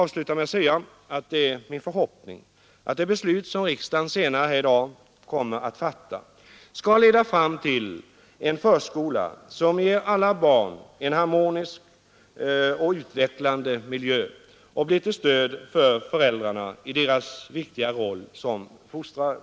Det är min förhoppning att det beslut som riksdagen senare i dag kommer att fatta skall leda fram till en förskola som ger alla barn en harmonisk och utvecklande miljö och bli till stöd för föräldrarna i deras viktiga roll som fostrare.